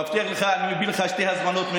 מבטיח לך שאני מביא לך שתי הזמנות.